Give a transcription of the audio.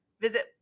visit